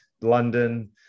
London